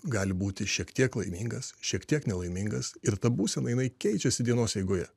gali būti šiek tiek laimingas šiek tiek nelaimingas ir ta būsena jinai keičiasi dienos eigoje